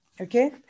Okay